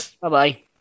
Bye-bye